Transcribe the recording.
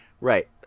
Right